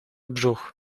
brzuch